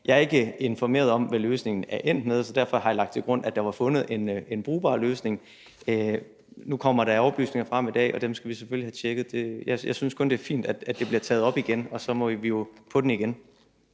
Jeg er ikke informeret om, hvad løsningen er endt med, så derfor har jeg lagt til grund, at der var fundet en brugbar løsning. Nu kommer der oplysninger frem i dag, og dem skal vi selvfølgelig have tjekket. Jeg synes kun, det er fint, at det bliver taget op igen, og så må vi jo på den igen.